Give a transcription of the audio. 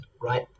right